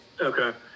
okay